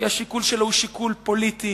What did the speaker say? כי השיקול שלו הוא שיקול פוליטי,